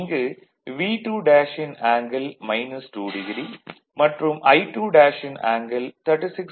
இங்கு V2' ன் angle 2o மற்றும் I2' ன் ஆங்கிள் 36